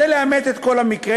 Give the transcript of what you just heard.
כדי לאמת את כל המקרה,